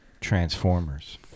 Transformers